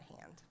hand